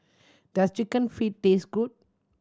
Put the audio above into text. does Chicken Feet taste good